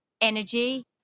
energy